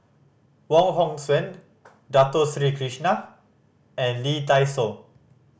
Wong Hong Suen Dato Sri Krishna and Lee Dai Soh